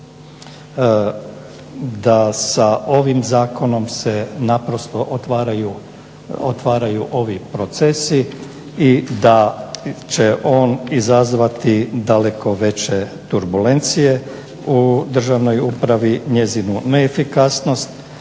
da sa ovim zakonom se naprosto otvaraju ovi procesi i da će on izazvati daleko veće turbulencije u državnoj upravi, njezinu neefikasnost.